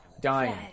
Dying